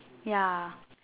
ya